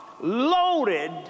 loaded